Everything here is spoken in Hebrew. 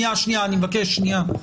מבקש.